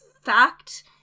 fact